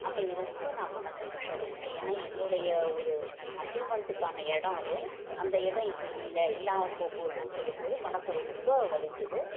அப்போ இது ரொம்ப நான் மனசு கஷ்டப்பட்டேன் ஏன்னா என்னுடைய ஒரு அச்சீவ்மெண்ட்டுக்கான இடம் அது அந்த இடம் இப்போ இல்லை இல்லாமல் போப்போகறதுனு சொல்லும்போது மனசு ரொம்ப வலிச்சிது